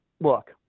look